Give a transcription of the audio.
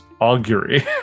augury